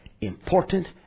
important